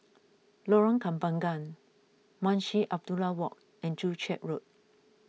Lorong Kembangan Munshi Abdullah Walk and Joo Chiat Road